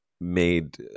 made